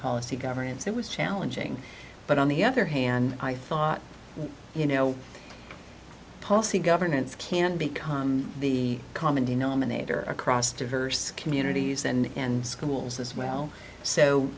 policy governance it was challenging but on the other hand i thought you know policy governance can become the common denominator across diverse communities and schools as well so